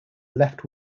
left